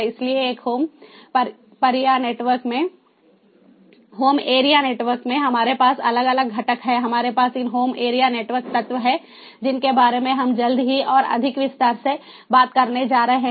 इसलिए एक home area network में हमारे पास अलग अलग घटक हैं हमारे पास इन होम एरिया नेटवर्क तत्व हैं जिनके बारे में हम जल्द ही और अधिक विस्तार से बात करने जा रहे हैं